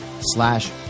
slash